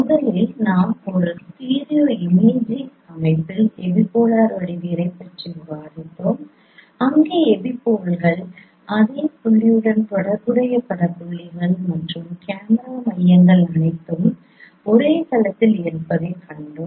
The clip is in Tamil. முதலில் நாம் ஒரு ஸ்டீரியோ இமேஜிங் அமைப்பில் எபிபோலார் வடிவியலைப் பற்றி விவாதித்தோம் அங்கே எபிபோல்கள் அதே புள்ளியுடன் தொடர்புடைய பட புள்ளிகள் மற்றும் கேமரா மையங்கள் அனைத்தும் ஒரே தளத்தில் இருப்பதை கண்டோம்